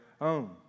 own